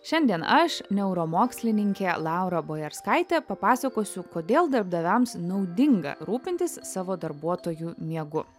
šiandien aš neuromokslininkė laura bojarskaitė papasakosiu kodėl darbdaviams naudinga rūpintis savo darbuotojų miegu